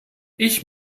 ich